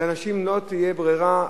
לאנשים לא תהיה ברירה.